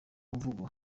mvugo